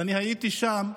ואני הייתי שם,